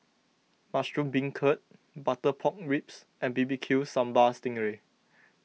Mushroom Beancurd Butter Pork Ribs and B B Q Sambal Sting Ray